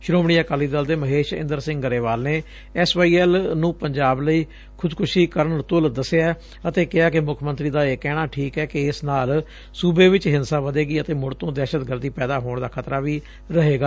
ਸ੍ਰੋਮਣੀ ਅਕਾਲੀ ਦਲ ਦੇ ਮਹੇਸ਼ ਇੰਦਰ ਸਿੰਘ ਗਰੇਵਾਲ ਨੇ S Y L ਨੰ ਪੰਜਾਬ ਲਈ ਖੁਦਕੁਸ਼ੀ ਕਰਨ ਤੁਲ ਦਸਿਐ ਅਤੇ ਕਿਹਾ ਕਿ ਮੁੱਖ ਮੰਤਰੀ ਦਾ ਇਹ ਕਹਿਣਾ ਠੀਕ ਐ ਕਿ ਇਸ ਨਾਲ ਸੁਬੇ ਵਿਚ ਹਿੰਸਾ ਵਧੇਗੀ ਅਤੇ ਮੁੜ ਤੋਂ ਦਹਿਸ਼ਤਗਰਦੀ ਪੈਦਾ ਹੋਣ ਦਾ ਖਤਰਾ ਵੀ ਰਹੇਗਾ